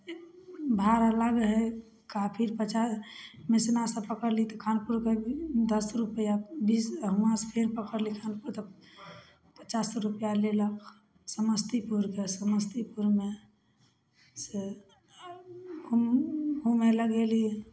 भाड़ा लागै हइ काफी पचास मेसनासँ पकड़लहुँ तऽ खानपुरके दस रुपैआ बीस वहाँसँ फेर पकड़लहुँ खानपुर तऽ पचास रुपैआ लेलक समस्तीपुरके समस्तीपुरमेसँ घुमैलए गेलहुँ